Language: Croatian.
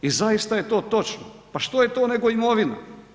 I zaista je to točno, pa što je to nego imovina?